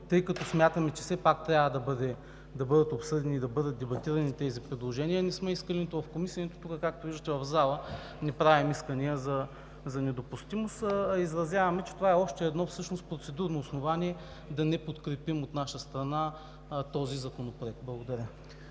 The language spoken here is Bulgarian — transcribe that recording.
тъй като смятаме, че все пак трябва да бъдат обсъдени и да бъдат дебатирани тези предложения, не сме искали нито в Комисията, нито тук, в залата, както виждате, не правим искания за недопустимост. Изразяваме, че това е още едно всъщност процедурно основание да не подкрепим от наша страна този законопроект. Благодаря.